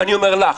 ואני אומר לך,